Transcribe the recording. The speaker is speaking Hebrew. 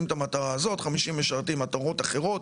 את המטרה הזאת ו-50 משרתים מטרות אחרות.